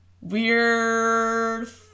weird